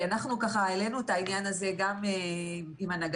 אנחנו ככה העלינו את העניין הזה גם עם הנהגת